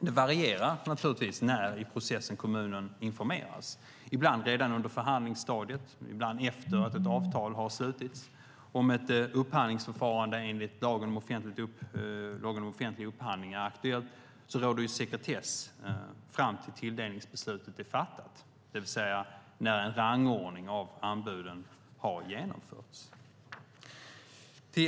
Det varierar naturligtvis när i processen som kommunerna informeras. Ibland sker det redan under förhandlingsstadiet, ibland efter det att ett avtal har slutits. Enligt lagen om offentlig upphandling råder det ju sekretess fram till dess att tilldelningsbeslutet är fattat, det vill säga när en rangordning av anbuden har genomförts.